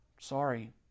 Sorry